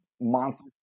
Monster